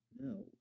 No